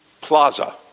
plaza